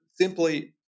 simply